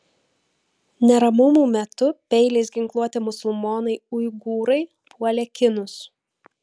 neramumų metu peiliais ginkluoti musulmonai uigūrai puolė kinus